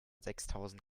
sechstausend